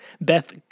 Beth